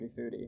foodie